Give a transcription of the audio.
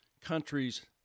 countries